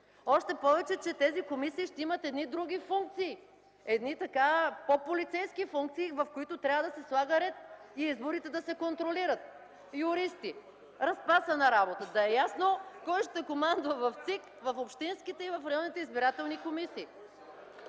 Още повече, тези комисии ще имат други функции – по-полицейски функции, в които трябва да се слага ред и изборите да се контролират. Юристи – разпасана работа! (Шум, смях, оживление.) Да е ясно кой ще командва в ЦИК, в общинските и в районните избирателни комисии.